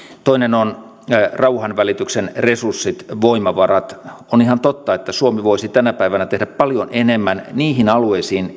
toinen on rauhanvälityksen resurssit voimavarat on ihan totta että suomi voisi tänä päivänä tehdä paljon enemmän liittyen niihin alueisiin